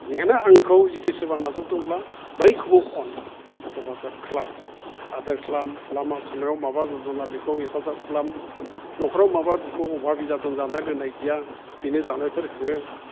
बेखायनो आंखौ जुदि सोरबा नाजावदोंब्ला बैखौबो अन हेफाजाब खालाम आदोर खालाम लामा सामायाव माबा जादोंला बेखौ हेफाजाब खालाम न'खराव माबा दुखु अबाबि जोदों जानाय लोंनाय गैया बेनो जानायफोर हो